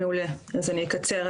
אני אקצר,